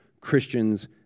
Christians